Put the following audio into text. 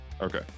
Okay